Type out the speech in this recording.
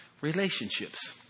relationships